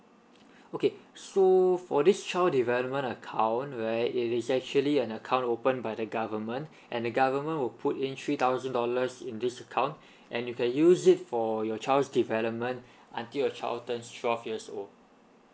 okay so for this child development account where it is actually an account open by the government and the government will put in three thousand dollars in this account and you can use it for your child's development until your child turns twelve years old